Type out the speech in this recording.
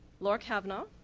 laura cavanaugh.